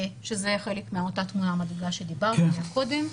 שזה חלק מאותה תמונה עליה דיברתי קודם.